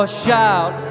shout